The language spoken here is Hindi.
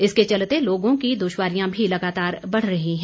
इसके चलते लोगों की दुश्वारियां भी लगातार बढ़ रही हैं